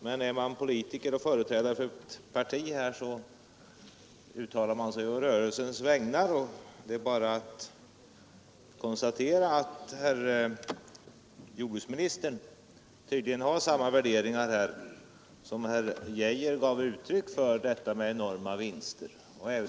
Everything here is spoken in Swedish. Men är man politiker och företrädare för ett parti i riksdagen uttalar man sig å rörelsens vägnar, och det är bara att konstatera att herr jordbruksministern tydligen har samma värderingar som herr Geijer gav uttryck för när det gällde enorma vinster.